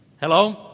Hello